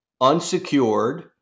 unsecured